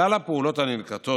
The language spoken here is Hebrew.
כלל הפעולות הננקטות